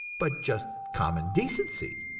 but just common decency.